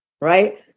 right